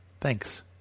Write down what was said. thanks